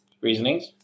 Reasonings